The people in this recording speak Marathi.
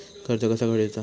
कर्ज कसा फेडुचा?